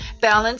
Balance